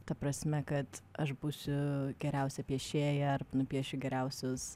ta prasme kad aš būsiu geriausia piešėja ar nupiešiu geriausius